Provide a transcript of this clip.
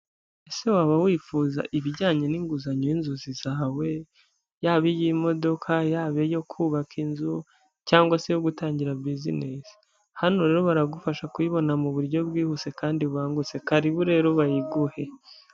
Ese waba wifuza ibijyanye n'inguzanyo y'inzozi zawe, yaba iy'imodoka, yabo iyo kubaka inzu cyangwa se iyo gutangira bizinesi, hano rero baragufasha kuyibona mu buryo bwihuse kandi bubangutse karibu rero bayiguhe.